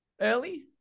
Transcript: early